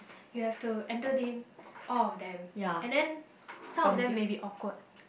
you have to entertain all of them and then some of them maybe awkward